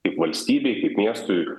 kaip valstybei kaip miestui